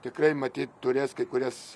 tikrai matyt turės kai kurias